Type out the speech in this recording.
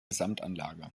gesamtanlage